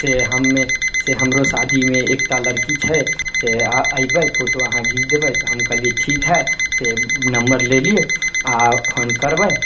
से हमे से हमरो शादीमे एकटा लड़की छै से आ अइबइ फोटो अहाँ घीच देबय तऽ हम कहलियै ठीक हइ से नम्बर लएलियै आओर फोन करबय